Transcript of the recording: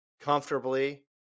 comfortably